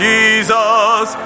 Jesus